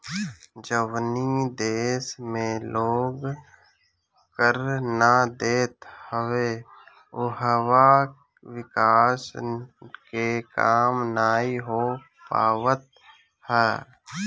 जवनी देस में लोग कर ना देत हवे उहवा विकास के काम नाइ हो पावत हअ